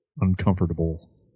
uncomfortable